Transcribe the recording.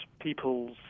people's